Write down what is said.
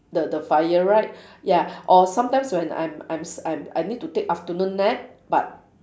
the the fire right ya or sometimes when I'm I'm I'm I need to take afternoon nap but